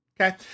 Okay